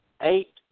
eight